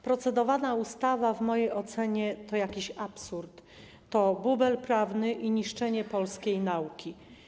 Procedowana ustawa w mojej ocenie to jakiś absurd, to bubel prawny i niszczenie polskiej nauki.